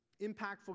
impactful